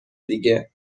دیگه